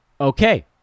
Okay